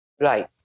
Right